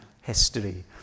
history